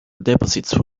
deposits